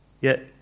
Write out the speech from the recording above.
Yet